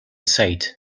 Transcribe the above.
said